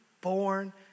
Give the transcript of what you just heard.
born